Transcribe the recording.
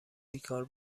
بیکار